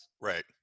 right